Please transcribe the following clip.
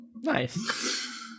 Nice